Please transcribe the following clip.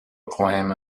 acclaim